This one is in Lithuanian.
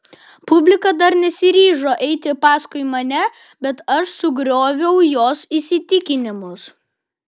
publika dar nesiryžo eiti paskui mane bet aš sugrioviau jos įsitikinimus